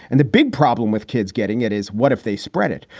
and the big problem with kids getting it is what if they spread it?